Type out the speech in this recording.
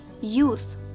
youth